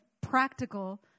practical